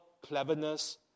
cleverness